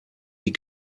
die